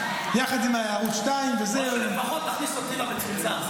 יחד עם ערוץ 2 וזה --- שלפחות תכניס אותי למצומצם.